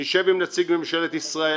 נשב עם נציג ממשלת ישראל,